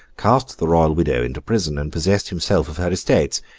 cast the royal widow into prison, and possessed himself of her estates.